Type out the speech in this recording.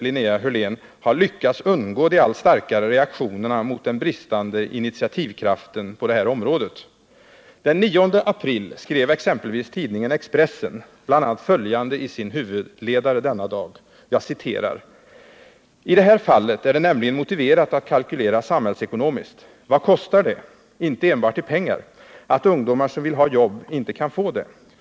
Linnea Hörlén, har lyckats undgå de allt starkare reaktionerna mot den bristande initiativkraften på det här området. Den 9 april skrev exempelvis tidningen Expressen bl.a. följande i sin huvudledare: ”I det här fallet är det nämligen motiverat att kalkylera samhällsekonomiskt. Vad kostar det — inte enbart i pengar — att ungdomar som vill ha jobb inte kan få det?